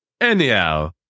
Anyhow